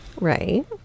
Right